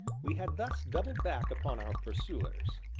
we had thus doubled back upon our pursuers,